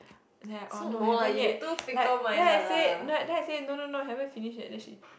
like oh no haven't yet like then I said then I said no no no haven't finish yet then she